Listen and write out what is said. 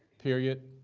period.